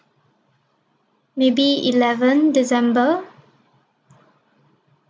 maybe eleven december